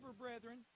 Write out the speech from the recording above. brethren